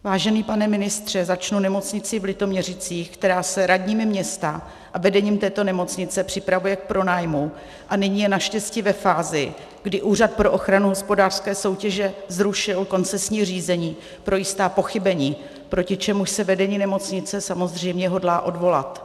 Vážený pane ministře, začnu nemocnicí v Litoměřicích, která se radními města a vedením této nemocnice připravuje k pronájmu a nyní je naštěstí ve fázi, kdy Úřad pro ochranu hospodářské soutěže zrušil koncesní řízení pro jistá pochybení, proti čemuž se vedení nemocnice samozřejmě hodlá odvolat.